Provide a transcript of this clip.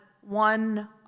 one